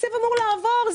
התקציב אמור לעבור.